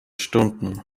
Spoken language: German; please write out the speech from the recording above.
stunden